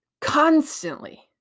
constantly